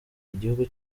igihugu